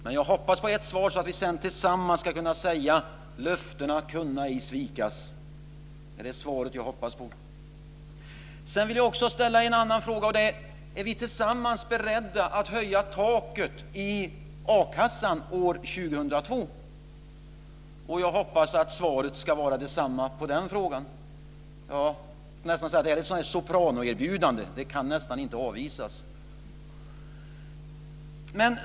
Men jag hoppas på ett svar så att vi sedan tillsammans ska kunna säga: Löftena kunna ej svikas. Det är det svar som jag hoppas på. Jag vill också ställa en annan fråga. Är vi tillsammans beredda att höja taket i a-kassan år 2002? Jag hoppas att svaret ska vara detsamma på den frågan. Det är nästan ett sopranoerbjudande. Det kan nästan inte avvisas.